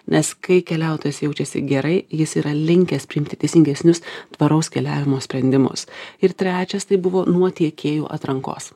nes kai keliautojas jaučiasi gerai jis yra linkęs priimti teisingesnius tvaraus keliavimo sprendimus ir trečias tai buvo nuo tiekėjų atrankos